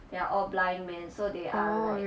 they are all blind man so they are like